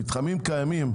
במתחמים קיימים,